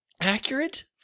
accurate